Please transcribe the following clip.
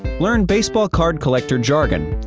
learn baseball card collector jargon.